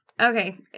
Okay